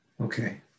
Okay